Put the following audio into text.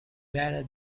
better